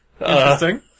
Interesting